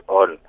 on